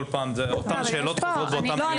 כל פעם זה אותן שאלות חוזרות --- לא,